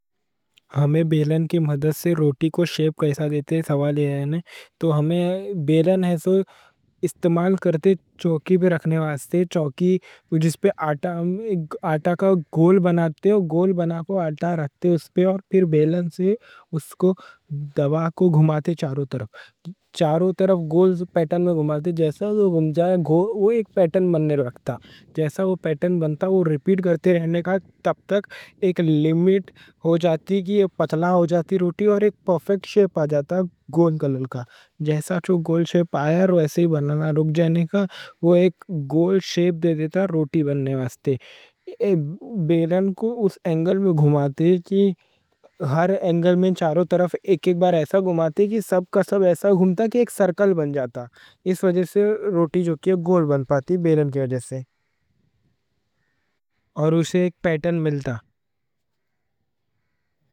ہمیں بیلن کی مدد سے روٹی کو شیپ کیسا دیتے؟ سوال یہ ہے۔ تو ہمیں بیلن ہے، اسو استعمال کرتے، چوکی پہ رکھنے واسطے۔ چوکی جس پہ آٹا، آٹا کا گول بناتے، گول بنا کو آٹا رکھتے اُس پہ۔ اور پھر بیلن سے اُس کو دبا کے گھماتے، چاروں طرف، چاروں طرف گول پیٹن میں گھماتے، جیسا جو گھوم جائے۔ گول، وہ ایک پیٹن بنتا۔ جیسا وہ پیٹن بنتا، وہ ریپیٹ کرتے رہنے کا، تب تک ایک لیمیٹ ہو جاتی کہ روٹی پتلا ہو جاتی۔ اور ایک پرفیکٹ شیپ آ جاتا۔ جیسا جو گول شیپ آیا، وہ ایسے بننا رک جانے کا۔ وہ ایک گول شیپ دے دیتا روٹی بننے واسطے۔ بیلن کو اُس اینگل میں گھماتے کہ ہر اینگل میں چاروں طرف ایک ایک بار ایسا گھماتے کہ سب کا سب ایسا گھومتا کہ ایک سرکل بن جاتا۔ اس وجہ سے روٹی گول بن پاتی، بیلن کی وجہ سے، اور اسے ایک پیٹن ملتا۔